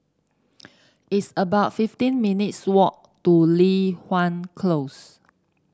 it's about fifteen minutes walk to Li Hwan Close